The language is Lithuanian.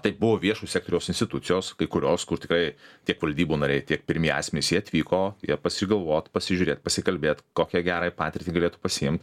tai buvo viešo sektoriaus institucijos kai kurios kur tikrai tiek valdybų nariai tiek pirmi asmenys jie atvyko jie pasigalvot pasižiūrėt pasikalbėt kokią gerąją patirtį galėtų pasiimt